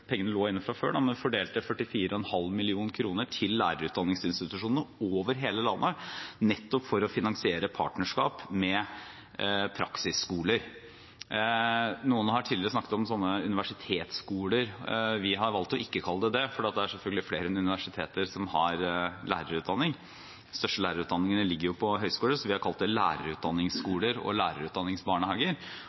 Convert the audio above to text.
pengene lå inne fra før, men vi fordelte – 44,5 mill. kr til lærerutdanningsinstitusjonene over hele landet, nettopp for å finansiere partnerskap med praksisskoler. Noen har tidligere snakket om sånne universitetsskoler. Vi har valgt ikke å kalle det det, for det er selvfølgelig flere enn universiteter som har lærerutdanning. De største lærerutdanningene ligger jo på høyskoler, så vi har kalt det lærerutdanningsskoler og lærerutdanningsbarnehager.